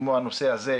כמו הנושא הזה,